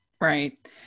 Right